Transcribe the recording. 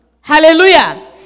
Hallelujah